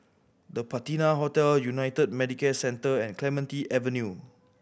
The Patina Hotel United Medicare Centre and Clementi Avenue